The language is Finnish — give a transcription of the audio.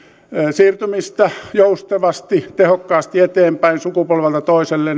siirtyminen joustavasti ja tehokkaasti eteenpäin sukupolvelta toiselle